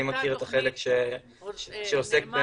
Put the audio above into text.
אני מכיר את החלק שעוסק ב --- נאמר